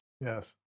Yes